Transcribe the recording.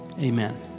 Amen